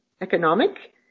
economic